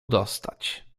dostać